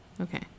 Okay